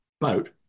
boat